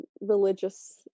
religious